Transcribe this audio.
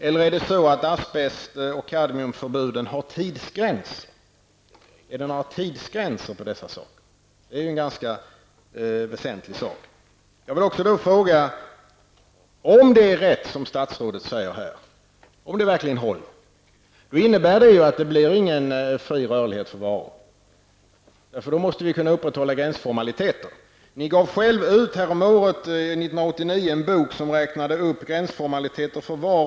Eller är det så att förbuden mot asbest och kadmium har tidsgräns? Det är en ganska väsentlig sak. Jag vill också fråga: Om det är rätt som statsrådet säger här, innebär det att det inte blir någon fri rörlighet för varor? Då måste vi kunna upprätthålla gränsformaliteter. Ni gav själva 1989 ut en bok som räknade upp gränsformaliteter för varor.